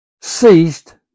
ceased